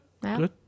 Good